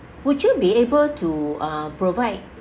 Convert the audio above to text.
would you be able to uh provide